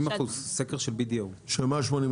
80%, לפי סקר של BDO. של מה 80%?